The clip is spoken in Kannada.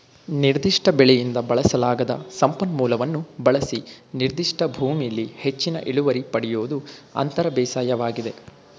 ನಿರ್ದಿಷ್ಟ ಬೆಳೆಯಿಂದ ಬಳಸಲಾಗದ ಸಂಪನ್ಮೂಲವನ್ನು ಬಳಸಿ ನಿರ್ದಿಷ್ಟ ಭೂಮಿಲಿ ಹೆಚ್ಚಿನ ಇಳುವರಿ ಪಡಿಯೋದು ಅಂತರ ಬೇಸಾಯವಾಗಿದೆ